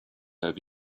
over